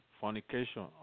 fornication